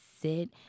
sit